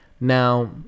Now